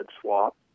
swap